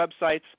websites